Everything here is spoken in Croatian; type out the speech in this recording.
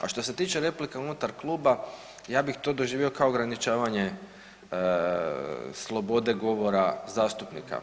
A što se tiče replika unutar kluba ja bih to doživio kao ograničavanje slobode govora zastupnika.